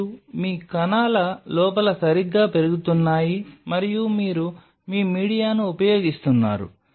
మరియు మీ కణాల లోపల సరిగ్గా పెరుగుతున్నాయి మరియు మీరు మీ మీడియాను ఉపయోగిస్తున్నారు